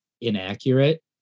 inaccurate